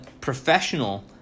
professional